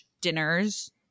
dinners